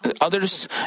others